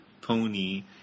pony